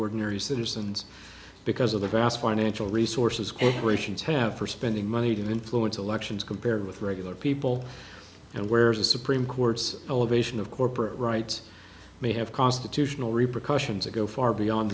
ordinary citizens because of the vast financial resources corporations have for spending money to influence elections compared with regular people and where the supreme court's elevation of corporate rights may have constitutional repercussions that go far beyond